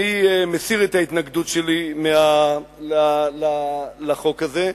אני מסיר את ההתנגדות שלי לחוק הזה,